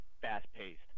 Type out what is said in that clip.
fast-paced